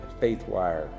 Faithwire